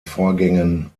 vorgängen